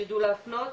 שיידעו להפנות,